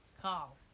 Call